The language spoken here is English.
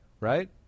right